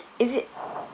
is it